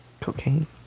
Cocaine